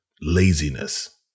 laziness